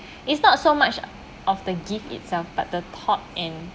it's not so much of the gift itself but the thought and